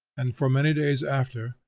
and for many days after,